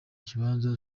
ikibanza